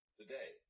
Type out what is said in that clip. today